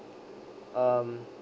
um